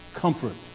comfort